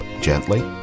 gently